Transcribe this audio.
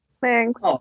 thanks